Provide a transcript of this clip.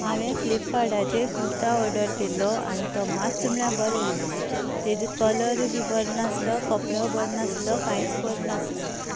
हांवें फ्लिपकाटाचेर कुर्ता ऑर्डर केल्लो आनी तो मातसो म्हणल्यार बरो येयलो ना तेजो कलर बी बरो नासलो कपडो बरो नासलो कांयच बरें नासलें